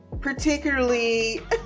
particularly